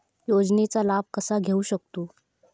योजनांचा लाभ कसा घेऊ शकतू?